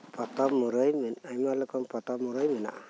ᱯᱚᱛᱚᱵ ᱢᱩᱨᱟᱹᱭ ᱟᱭᱢᱟ ᱨᱚᱠᱚᱢ ᱯᱚᱛᱚᱵ ᱢᱩᱨᱟᱹᱭ ᱢᱮᱱᱟᱜᱼᱟ